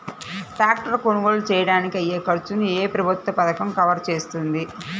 Tractor కొనుగోలు చేయడానికి అయ్యే ఖర్చును ఏ ప్రభుత్వ పథకం కవర్ చేస్తుంది?